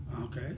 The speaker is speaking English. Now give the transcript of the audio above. Okay